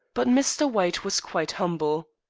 but mr. white was quite humble.